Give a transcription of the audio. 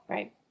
Right